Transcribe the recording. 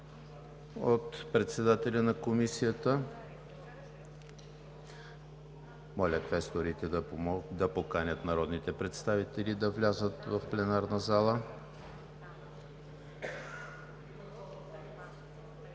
от председателя на Комисията. Моля квесторите да поканят народните представители да влязат в пленарната зала.